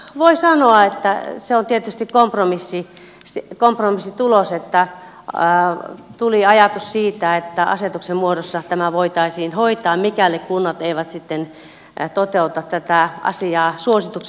voi sanoa että se on tietysti kompromissitulos että tuli ajatus siitä että asetuksen muodossa tämä voitaisiin hoitaa mikäli kunnat eivät sitten toteuta tätä asiaa suosituksenomaisesti